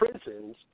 prisons